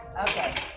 Okay